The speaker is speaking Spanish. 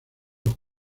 los